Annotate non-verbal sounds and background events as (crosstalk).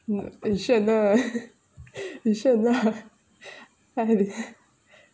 sure or not (laughs) sure or not (laughs)